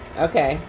okay,